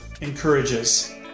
encourages